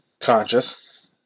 conscious